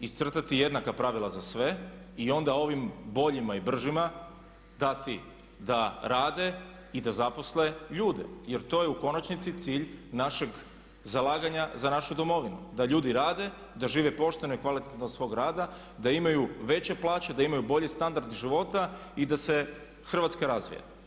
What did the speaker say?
iscrtati jednaka pravila za sve i onda ovima boljima i bržima dati da rade i da zaposle ljude jer to je u konačnici cilj našeg zalaganja za našu domovinu, da ljudi rade, da žive pošteno i kvalitetno od svoga rada, da imaju veće plaće, da imaju bolji standard života i da se Hrvatska razvije.